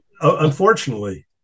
Unfortunately